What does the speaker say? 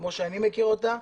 כמו שאני מכיר אותה,